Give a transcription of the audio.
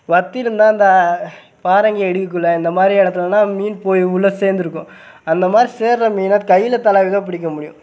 வத்தியிருந்தா அந்த பாறைங்க இடுக்குக்குள்ளேள இந்த மாதிரி இடத்துலனா மீன் போய் உள்ளே சேர்ந்துருக்கும் அந்த மாதிரி சேர்கிற மீனை கையில் துலாவி தான் பிடிக்க முடியும்